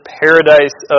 paradise